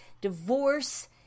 Divorce